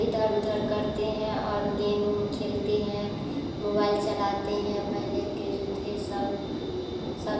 इधर उधर करते हैं और गेम उम खेलते हैं मोबाइल चलाते हैं पहले के जो थे सब लोग सब